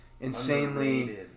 insanely